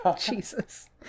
jesus